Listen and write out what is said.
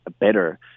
better